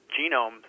genome